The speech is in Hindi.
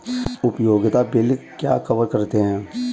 उपयोगिता बिल क्या कवर करते हैं?